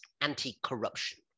anti-corruption